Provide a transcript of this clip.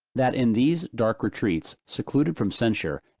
that in these dark retreats, secluded from censure,